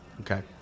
Okay